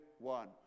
one